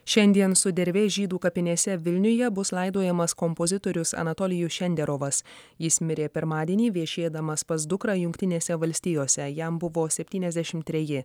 šiandien sudervės žydų kapinėse vilniuje bus laidojamas kompozitorius anatolijus šenderovas jis mirė pirmadienį viešėdamas pas dukrą jungtinėse valstijose jam buvo septyniasdešim treji